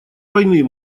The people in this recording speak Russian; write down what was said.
войны